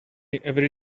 every